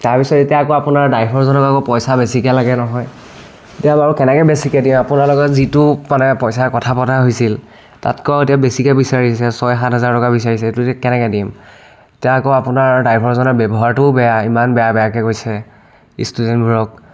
তাৰপিছত এতিয়া আকৌ আপোনাৰ ড্ৰাইভাৰজনকো আকৌ পইচা বেছিকৈ লাগে নহয় এতিয়া বাৰু কেনেকৈ বেছিকৈ দিয়ে আপোনাৰ লগত যিটো মানে পইচাৰ কথা পতা হৈছিল তাতকৈ এতিয়া বেছিকৈ বিচাৰিছে ছয় সাত হেজাৰ টকা বিচাৰিছে সেইটো এতিয়া কেনেকৈ দিম এতিয়া আকৌ আপোনাৰ ড্ৰাইভাৰজনৰ ব্যৱহাৰটোও বেয়া ইমান বেয়া বেয়াকৈ কৈছে ষ্টুডেণ্টবোৰক